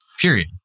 period